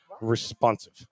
Responsive